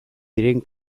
diren